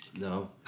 No